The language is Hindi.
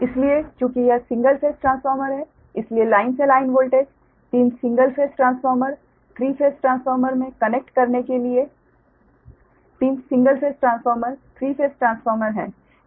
इसलिए चूंकि यह सिंगल फेज ट्रांसफॉर्मर है इसलिए लाइन से लाइन वोल्टेज तीन single phase transformer three phase transformer मे कनेक्ट करने के लिए के लिए 3 single phase transformer three phase transformer है